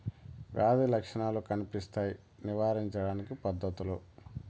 వ్యాధి లక్షణాలు కనిపిస్తాయి నివారించడానికి పద్ధతులు?